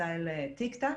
סטייל תיק-תק,